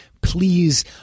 Please